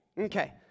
Okay